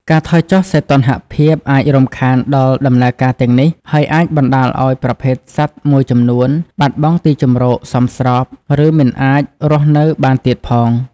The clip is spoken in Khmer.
ការថយចុះសីតុណ្ហភាពអាចរំខានដល់ដំណើរការទាំងនេះ ហើយអាចបណ្តាលឱ្យប្រភេទសត្វមួយចំនួនបាត់បង់ទីជម្រកសមស្រប ឬមិនអាចរស់នៅបានទៀតផង។